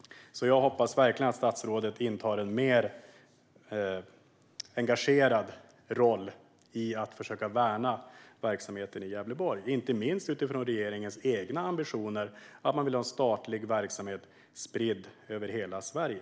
Jag hoppas verkligen att statsrådet intar en mer engagerad roll när det gäller att försöka värna verksamheter i Gävleborg, inte minst utifrån regeringens egna ambitioner att ha statlig verksamhet spridd över hela Sverige.